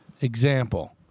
Example